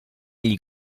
egli